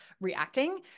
reacting